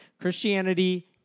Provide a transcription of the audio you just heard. Christianity